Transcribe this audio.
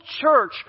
church